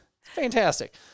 fantastic